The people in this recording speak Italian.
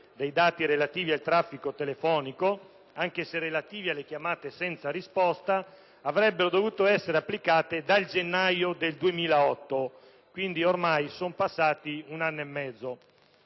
dei dati relativi al traffico telefonico, anche se relativi alle chiamate senza risposta, avrebbero dovuto essere applicate dal gennaio del 2008, data dalla quale è ormai passato un anno e mezzo.